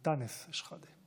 חבר הכנסת אנטאנס שחאדה.